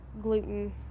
gluten